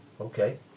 Okay